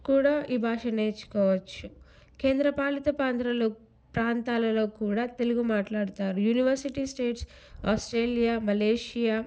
కూడా ఈ భాష నేర్చుకోవచ్చు కేంద్ర పాలిత పాంద్రాల్లోక్ ప్రాంతాలలో కూడా తెలుగు మాట్లాడుతారు యూనివర్సిటీ స్టేట్స్ ఆస్ట్రేలియా మలేషియా